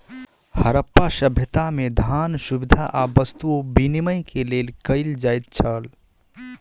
हरप्पा सभ्यता में, धान, सुविधा आ वस्तु विनिमय के लेल कयल जाइत छल